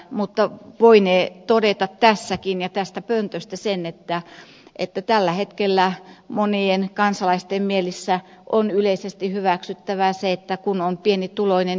mutta voinee todeta tässäkin ja tästä pöntöstä sen että tällä hetkellä monien kansalaisten mielissä on yleisesti hyväksyttävää se että kun on pienituloinen